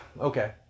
okay